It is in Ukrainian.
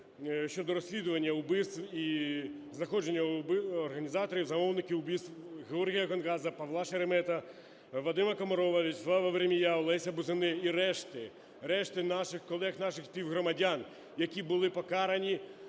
щодо розслідування вбивств і знаходження організаторів, замовників вбивств: Георгія Гонгадзе, Павла Шеремета, Вадима Комарова, В'ячеслава Веремія, Олеся Бузини і решти, решти наших колег, наших співгромадян, які були покарані